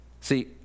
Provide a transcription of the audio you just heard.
See